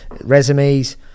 resumes